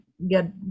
get